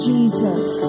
Jesus